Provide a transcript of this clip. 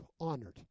honored